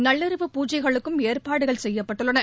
நள்ளிரவு பூஜைகளுக்கும் ஏற்பாடுகள் செய்யப்பட்டுள்ளன